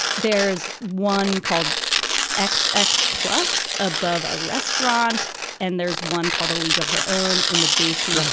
there's one called x, x plus above a restaurant and there's one called a league of her own in the basement.